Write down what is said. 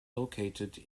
located